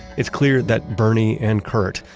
it's clear that bernie and kurt,